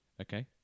Okay